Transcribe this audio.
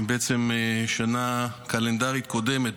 בעצם בשנה הקלנדרית הקודמת,